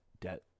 debt